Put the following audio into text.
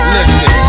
Listen